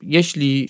Jeśli